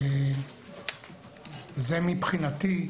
זה מבחינתי,